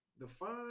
define